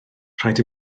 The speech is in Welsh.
rhaid